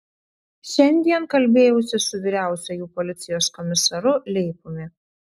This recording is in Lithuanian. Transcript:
šiandien kalbėjausi su vyriausiuoju policijos komisaru leipumi